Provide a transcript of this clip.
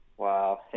Wow